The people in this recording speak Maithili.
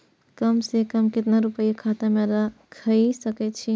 कम से कम केतना रूपया खाता में राइख सके छी?